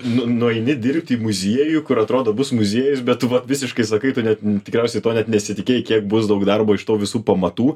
nu nueini dirbti į muziejų kur atrodo bus muziejus bet va visiškai sakai tu net tikriausiai to net nesitikėjai kiek bus daug darbo iš to visų pamatų